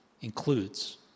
includes